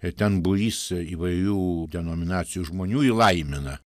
ir ten būrys įvairių denominacijų žmonių jį laimina